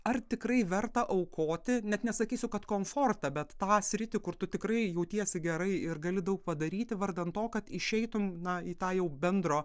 ar tikrai verta aukoti net nesakysiu kad komfortą bet tą sritį kur tu tikrai jautiesi gerai ir gali daug padaryti vardan to kad išeitum na į tą jau bendro